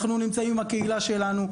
אנחנו נמצאים עם הקהילה שלנו,